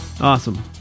Awesome